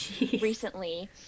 recently